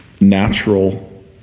natural